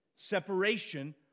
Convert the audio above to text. Separation